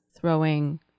throwing